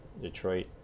Detroit